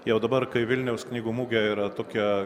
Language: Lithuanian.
jau dabar kai vilniaus knygų mugė yra tokia